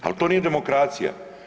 Al to nije demokracija.